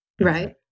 Right